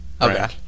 Okay